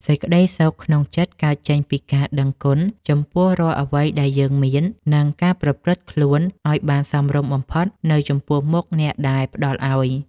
សេចក្តីសុខក្នុងចិត្តកើតចេញពីការដឹងគុណចំពោះរាល់អ្វីដែលយើងមាន និង ការប្រព្រឹត្តខ្លួនឱ្យបានសមរម្យបំផុតនៅចំពោះមុខអ្នកដែលផ្តល់ឱ្យ។